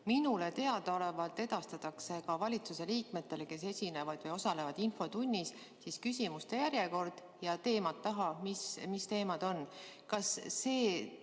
Minule teadaolevalt edastatakse ka valitsuse liikmetele, kes esinevad ja osalevad infotunnis, küsimuste järjekord ja teemad taha, mis teemad on. Kas see